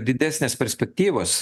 didesnės perspektyvos